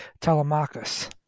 Telemachus